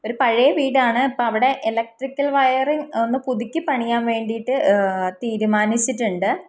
ഒരു പഴയ വീടാണ് ഇപ്പോൾ അവിടെ ഇലക്ട്രിക്കൽ വയറിങ്ങ് ഒന്ന് പുതുക്കി പണിയാൻ വേണ്ടിയിട്ട് തീരുമാനിച്ചിട്ടുണ്ട്